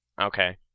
Okay